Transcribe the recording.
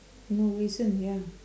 no recent ya